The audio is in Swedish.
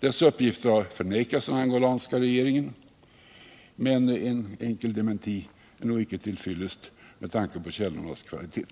Dessa uppgifter har förnekats av angolanska regeringen, men en enkel dementi är nu icke till fyllest med tanke på källornas kvalitet.